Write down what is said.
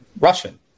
Russian